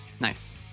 Nice